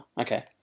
Okay